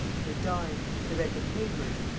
they dined. they read the papers.